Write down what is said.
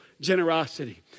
generosity